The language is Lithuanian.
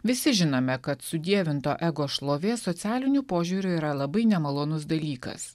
visi žinome kad sudievinto ego šlovė socialiniu požiūriu yra labai nemalonus dalykas